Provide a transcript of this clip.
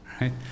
right